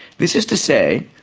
this is to say,